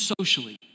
socially